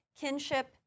kinship